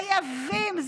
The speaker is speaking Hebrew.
חייבים.